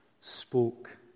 spoke